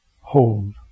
hold